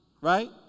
Right